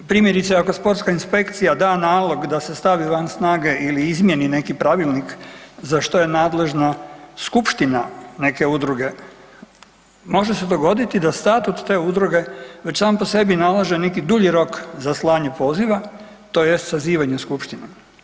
Primjerice ako sportska inspekcija da nalog da se stavi van snage ili izmjeni neki pravilnik za što je nadležna skupština neke udruge, može se dogoditi da statut te udruge već sam po sebi nalaže neki dulji rok za slanje poziva tj. sazivanje skupština.